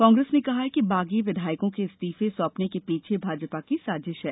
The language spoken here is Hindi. कांग्रेस ने कहा कि बागी विधायकों के इस्तीफे सौंपने के पीछे भाजपा की साजिश है